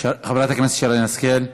חברת הכנסת שרן השכל,